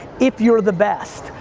if you're the best.